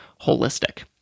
holistic